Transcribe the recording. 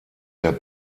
der